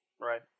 right